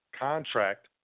contract